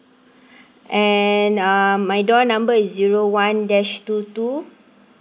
and um my door number is zero one dashed two two